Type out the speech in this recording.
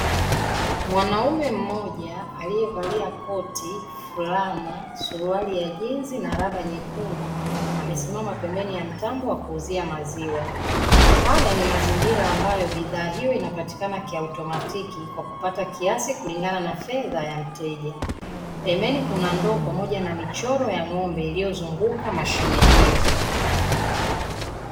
Mwanaume mmoja alievalia koti, fulana, suruali ya jinzi na raba nyekundu amesimama pembeni ya mtambo wa kuuzia maziwa haya ni mazingira ambayo bidhaa hiyo inapatikana kiautomatiki kwa kupata kiasi kulingana na fedha ya mteja pembeni kuna ndoo pamoja na michoro ya ng'ombe iliyozunguka mashine hiyo.